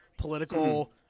Political